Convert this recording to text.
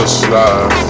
slide